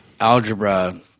algebra